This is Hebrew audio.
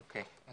אוקיי.